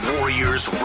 Warriors